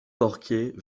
porquier